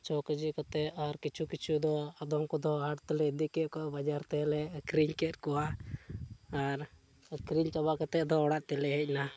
ᱪᱷᱚ ᱠᱮᱡᱤ ᱠᱟᱛᱮᱫ ᱟᱨ ᱠᱤᱪᱷᱩ ᱠᱤᱪᱷᱩ ᱫᱚ ᱟᱫᱚᱢ ᱠᱚᱫᱚ ᱦᱟᱴ ᱛᱮᱞᱮ ᱤᱫᱤ ᱠᱮᱫ ᱠᱚᱣᱟ ᱵᱟᱡᱟᱨ ᱛᱮᱞᱮ ᱟᱠᱷᱨᱤᱧ ᱠᱮᱫ ᱠᱚᱣᱟ ᱟᱨ ᱟᱠᱷᱨᱤᱧ ᱪᱟᱵᱟ ᱠᱟᱛᱮᱫ ᱫᱚ ᱚᱲᱟᱜ ᱛᱮᱞᱮ ᱦᱮᱡ ᱱᱟ